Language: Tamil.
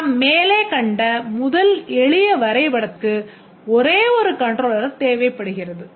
நாம் மேலே கண்ட முதல் எளிய வரைபடத்திற்கு ஒரே ஒரு கண்ட்ரோலர் தேவைப்படுகிறது